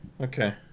Okay